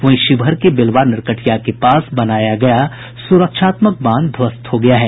वहीं शिवहर के बेलवा नरकटिया के पास बनाया गया सुरक्षात्मक बांध ध्वस्त हो गया है